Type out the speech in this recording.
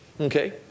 Okay